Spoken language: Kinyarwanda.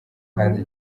kandi